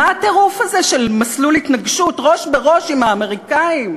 מה הטירוף הזה של מסלול התנגשות ראש בראש עם האמריקנים?